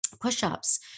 push-ups